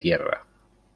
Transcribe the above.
tierra